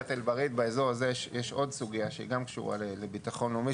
בדאחיית אל בריד באזור הזה יש עוד סוגיה שהיא גם קשורה לביטחון לאומי,